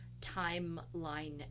timeline